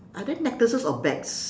are there necklaces or bags